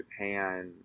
Japan